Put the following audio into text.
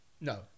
No